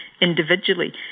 individually